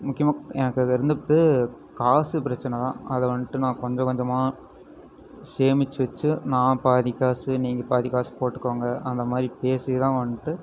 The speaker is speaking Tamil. முக்கியமாக எனக்கு அது இருந்தது வந்து காசு பிரச்சனை தான் அதை வந்துட்டு நான் கொஞ்சம் கொஞ்சமாக சேமிச்சு வச்சு நான் பாதி காசு நீங்கள் பாதி காசு போட்டுக்கோங்க அந்த மாதிரி பேசி தான் வந்துட்டு